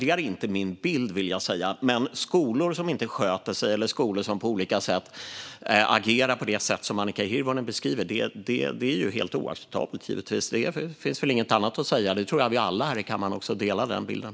Det är inte min bild, vill jag säga. Men skolor som inte sköter sig eller skolor som på olika sätt agerar på det sätt som Annika Hirvonen beskriver är givetvis helt oacceptabelt. Det finns väl inget annat att säga. Jag tror att vi alla här i kammaren delar den bilden.